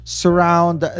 surround